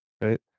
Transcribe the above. right